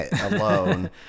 alone